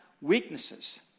weaknesses